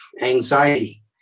anxiety